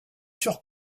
sur